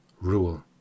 Rule